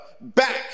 back